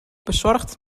bezorgd